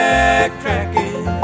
Backtracking